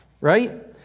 Right